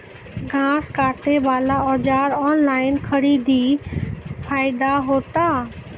घास काटे बला औजार ऑनलाइन खरीदी फायदा होता?